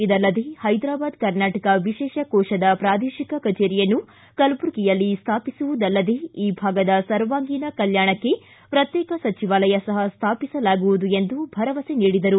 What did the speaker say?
ಇದಲ್ಲದೇ ಹೈದರಾಬಾದ್ ಕರ್ನಾಟಕ ವಿಶೇಷ ಕೋಶದ ಪ್ರಾದೇಶಿಕ ಕಚೇರಿಯನ್ನು ಕಲಬುರಗಿಯಲ್ಲಿ ಸ್ವಾಪಿಸುವುದಲ್ಲದೇ ಈ ಭಾಗದ ಸರ್ವಾಂಗೀಣ ಕಲ್ಕಾಣಕ್ಕೆ ಪ್ರತ್ಯೇಕ ಸಚಿವಾಲಯ ಸಹ ಸ್ಥಾಪಿಸಲಾಗುವುದು ಎಂದು ಭರವಸೆ ನೀಡಿದರು